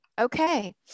Okay